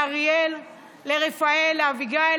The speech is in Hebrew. לאריאל, לרפאל, לאביגיל.